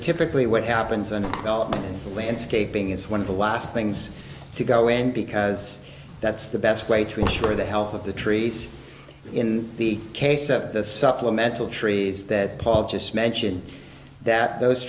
typically what happens and the landscaping is one of the last things to go in because that's the best way to ensure the health of the trees in the case that the supplemental trees that paul just mentioned that those